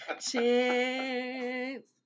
chance